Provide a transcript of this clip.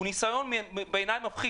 הוא ניסיון מפחיד בעיני.